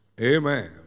Amen